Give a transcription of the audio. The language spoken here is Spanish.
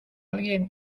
alguien